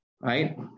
Right